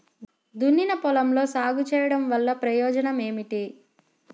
దున్నిన పొలంలో సాగు చేయడం వల్ల ప్రయోజనం ఏమిటి?